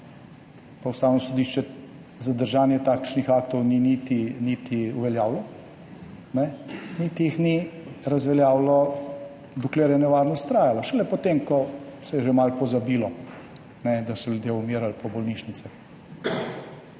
Ustavno sodišče zadržanja takšnih aktov ni niti uveljavilo niti jih ni razveljavilo, dokler je nevarnost trajala, šele potem, ko se je že malo pozabilo, da so ljudje umirali po bolnišnicah.